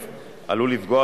לקוח,